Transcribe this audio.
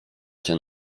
się